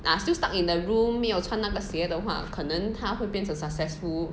still stuck in the room 没有穿那个鞋的话可能他会变成 successful